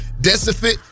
deficit